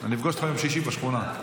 אני אפגוש אותך ביום שישי בשכונה.